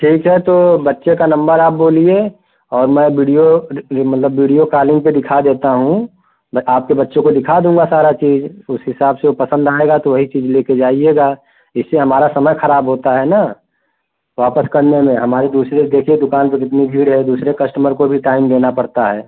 ठीक है तो बच्चे का नम्बर आप बोलिए और मैं बिडियो मतलब बिडियो कालिंग पर दिखा देता हूँ मैं आपके बच्चों को दिखा दूँगा सारा चीज उस हिसाब से वो पसंद आएगा तो वही चीज ले कर जाइएगा इससे हमारा समय खराब होता है ना वापस करने में हमारी दूसरे से देखिए दुकान पर कितनी भीड़ है दूसरे कस्टमर को भी टाइम देना पड़ता है